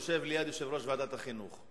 יושב ליד יושב-ראש ועדת החינוך.